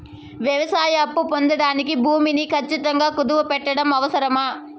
వ్యవసాయ అప్పు పొందడానికి భూమిని ఖచ్చితంగా కుదువు పెట్టడం అవసరమా?